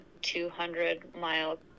200-mile